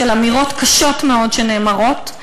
אמירות קשות מאוד שנאמרות.